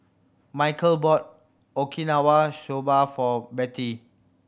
Mikeal bought Okinawa Soba for Bettye